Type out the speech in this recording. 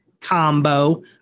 combo